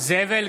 זאב אלקין,